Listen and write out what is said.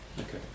Okay